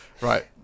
Right